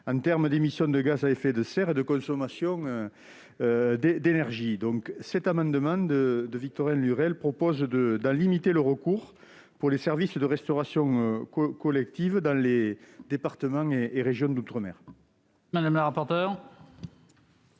en termes d'émissions de gaz à effet de serre et de consommation d'énergie. Cet amendement vise donc à en limiter le recours pour les services de restauration collective dans les départements et régions d'outre-mer. Quel est